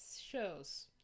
shows